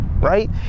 right